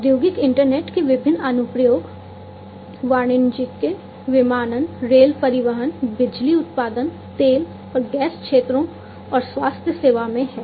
औद्योगिक इंटरनेट के विभिन्न अनुप्रयोग वाणिज्यिक विमानन रेल परिवहन बिजली उत्पादन तेल और गैस क्षेत्रों और स्वास्थ्य सेवा में है